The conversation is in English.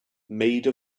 made